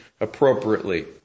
appropriately